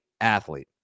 athlete